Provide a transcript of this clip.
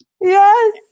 Yes